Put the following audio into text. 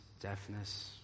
deafness